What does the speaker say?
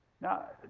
Now